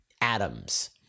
atoms